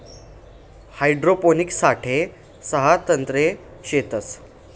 hydroponics साठे सहा तंत्रे शेतस